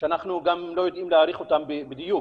שאנחנו גם לא יודעים להעריך אותם בדיוק,